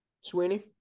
Sweeney